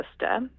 sister